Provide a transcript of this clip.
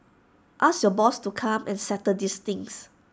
ask your boss to come and settle this things